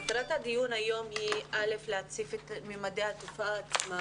מטרת הדיון היום היא א' להציף את ממדי התופעה עצמה